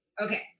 Okay